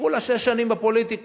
וכולה שש שנים בפוליטיקה,